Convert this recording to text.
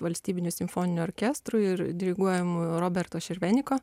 valstybiniu simfoniniu orkestru ir diriguojamu roberto šerveniko